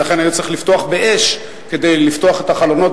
ולכן היה צריך לפתוח באש כדי לפתוח את החלונות